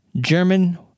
German